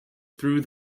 through